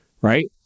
right